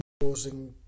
Causing